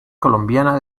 colombiana